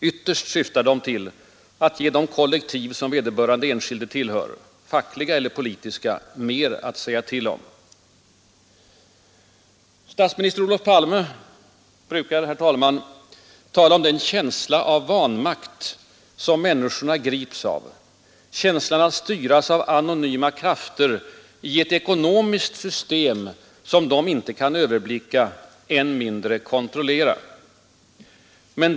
Ytterst syftar de till att ge det kollektiv vederbörande enskild tillhör — det fackliga eller det politiska — mera att säga till om. Statsminister Olof Palme brukar, herr talman, tala om den känsla av vanmakt som människorna grips av, känslan av att styras av anonyma krafter i ”ett ekonomiskt system som de inte kan överblicka, än mindre kontrollera”.